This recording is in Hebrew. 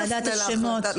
ועדת השמות --- לא,